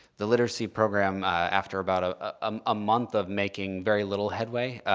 the literacy program after about a um ah month of making very little headway,